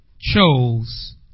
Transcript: chose